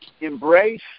embrace